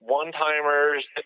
one-timers